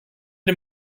dem